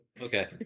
Okay